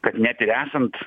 kad net ir esant